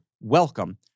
Welcome